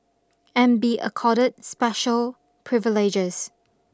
and be accorded special privileges